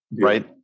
right